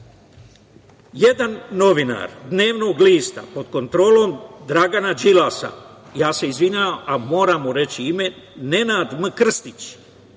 jedan novinar dnevnog lista pod kontrolom Dragana Đilasa, ja se izvinjavam, ali moram mu reći ime, Nenad M. Krstić,